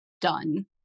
done